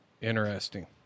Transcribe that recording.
Interesting